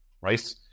right